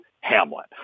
Hamlet